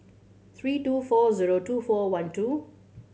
three two four zero two four one two